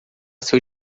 seu